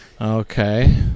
Okay